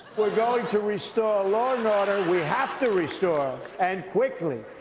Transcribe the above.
we're going to restore law and order, we have to restore, and quickly,